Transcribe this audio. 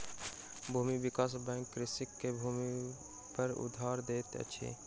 भूमि विकास बैंक कृषक के भूमिपर उधार दैत अछि